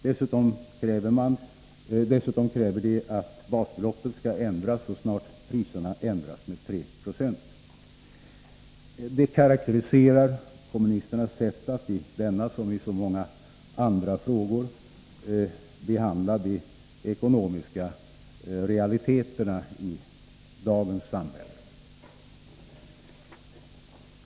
Dessutom kräver man att basbeloppet skall ändras så snart priserna ändrats med 3 20. Det karakteriserar kommunisternas sätt att i denna som i så många andra frågor behandla de ekonomiska realiteterna i dagens samhälle.